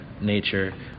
Nature